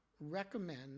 recommend